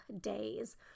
days